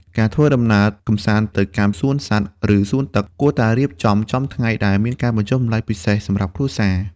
ការធ្វើដំណើរកម្សាន្តទៅកាន់សួនសត្វ ឬសួនទឹក គួរតែរៀបចំចំថ្ងៃដែលមានការបញ្ចុះតម្លៃពិសេសសម្រាប់គ្រួសារ។